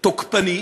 ותוקפני,